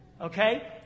okay